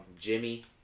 Jimmy